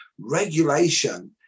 regulation